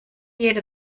jeder